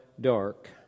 dark